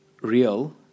real